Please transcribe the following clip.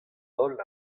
holl